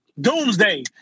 Doomsday